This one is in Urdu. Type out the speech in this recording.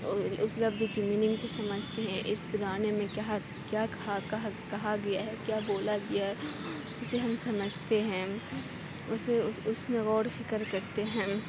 اور اس لفظ کی میننگ کو سمجھتے ہیں اس گانے میں کیا کھا کہا کہا گیا ہے کیا بولا گیا ہے اسے ہم سمجھتے ہیں اسے اس اس میں غور و فکر کرتے ہیں